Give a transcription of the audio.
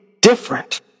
different